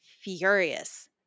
furious